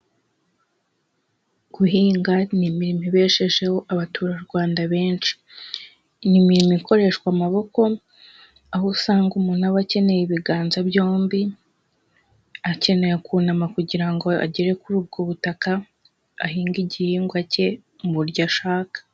Guhinga ni imirimo ibeshejeho abaturarwanda benshi. Ni imirimo ikoreshwa amaboko, aho usanga umuntu aba akeneye ibiganza byombi, akeneye kunama kugira ngo agere kuri ubwo butaka, ahinge igihingwa cye mu buryo ashaka.